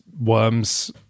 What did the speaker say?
worms